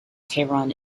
tehran